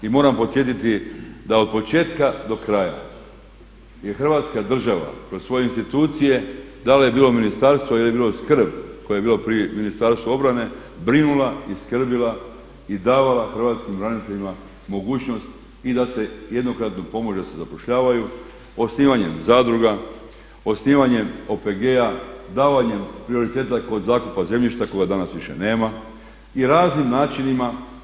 I moram podsjetiti da od početka do kraja je Hrvatska država kroz svoje institucije, da li je bilo ministarstvo ili je bilo skrb koje je bilo pri Ministarstvu obrane brinula i skrbila i davala hrvatskim braniteljima mogućnost i da se jednokratnu pomoć da se zapošljavaju osnivanjem zadruga, osnivanjem OPG-a, davanjem prioriteta kod zakupa zemljišta koga danas više nema i raznim načinima.